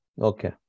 Okay